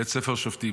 ואת ספר שופטים.